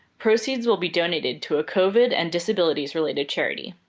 proceeds will be donated to a covid and disabilities-related charity.